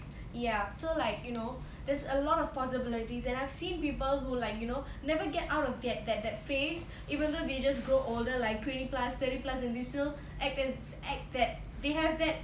ya so like you know there's a lot of possibilities and I've seen people who like you know never get out or get that that phase even though they just grow older like twenty plus thirty plus then they still act that act that they have that